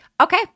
Okay